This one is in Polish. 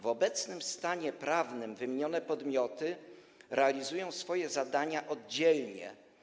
W obecnym stanie prawnym wymienione podmioty realizują swoje zadania oddzielnie.